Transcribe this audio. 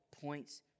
points